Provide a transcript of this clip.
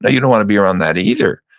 ah you don't wanna be around that either.